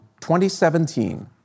2017